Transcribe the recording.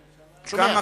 כן, אני שומע.